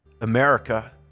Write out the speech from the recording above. America